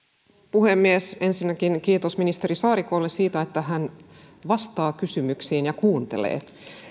puhemies ensinnäkin kiitos ministeri saarikolle siitä että hän vastaa kysymyksiin ja kuuntelee